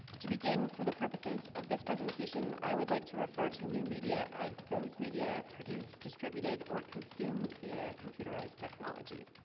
to begin, for the purposes of this presentation, i would like to refer to new media as those media produced, distributed, or consumed via computerized technology.